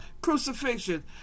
crucifixion